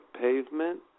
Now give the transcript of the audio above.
pavement